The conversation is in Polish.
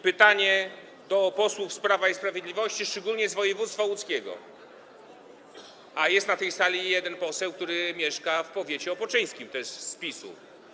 Pytanie do posłów z Prawa i Sprawiedliwości, szczególnie z województwa łódzkiego, a jest na tej sali jeden poseł, który mieszka w powiecie opoczyńskim, też z PiS-u.